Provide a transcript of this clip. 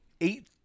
Eight